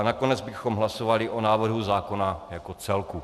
Nakonec bychom hlasovali o návrhu zákona jako celku.